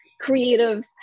creative